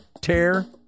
Tear